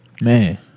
Man